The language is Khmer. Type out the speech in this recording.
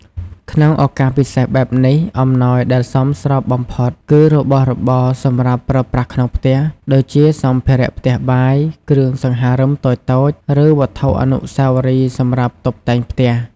ក្នុងឱកាសពិសេសបែបនេះ អំណោយដែលសមស្របបំផុតគឺ របស់របរសម្រាប់ប្រើប្រាស់ក្នុងផ្ទះ ដូចជាសម្ភារៈផ្ទះបាយ គ្រឿងសង្ហារឹមតូចៗ ឬវត្ថុអនុស្សាវរីយ៍សម្រាប់តុបតែងផ្ទះ។